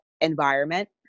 environment